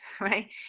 right